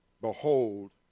Behold